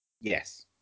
Yes